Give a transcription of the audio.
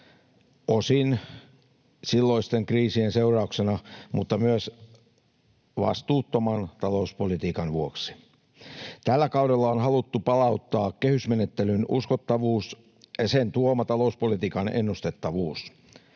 osin silloisten kriisien seurauksena mutta myös vastuuttoman talouspolitiikan vuoksi. Tällä kaudella on haluttu palauttaa kehysmenettelyn uskottavuus ja sen tuoma talouspolitiikan ennustettavuus.